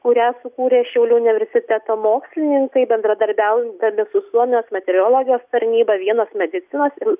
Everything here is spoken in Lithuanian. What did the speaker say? kurią sukūrė šiaulių universiteto mokslininkai bendradarbiaudami su suomijos meteorologijos tarnyba vienas medicinos ir